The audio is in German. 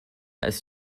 als